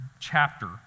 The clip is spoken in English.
chapter